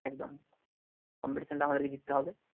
একদম কম্পিটিশানটা আমাদেরকে জিততে হবে